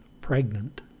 pregnant